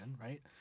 right